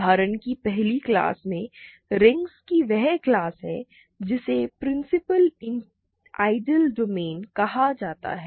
उदाहरणों की पहली क्लास में रिंग्स की वह क्लास है जिसे प्रिंसिपल आइडियल डोमेन कहा जाता है